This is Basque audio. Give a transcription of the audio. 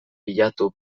bilatu